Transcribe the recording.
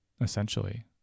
essentially